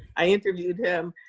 i interviewed him,